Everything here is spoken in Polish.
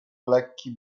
lekki